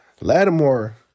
Lattimore